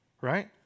right